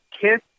KISS